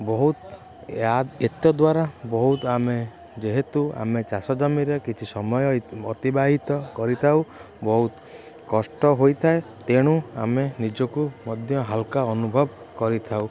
ବହୁତ ଏତଦ୍ ଦ୍ୱାରା ବହୁତ ଆମେ ଯେହେତୁ ଆମେ ଚାଷ ଜମିରେ କିଛି ସମୟ ଅତିବାହିତ କରିଥାଉ ବହୁତ କଷ୍ଟ ହୋଇଥାଏ ତେଣୁ ଆମେ ନିଜକୁ ମଧ୍ୟ ହାଲ୍କା ଅନୁଭବ କରିଥାଉ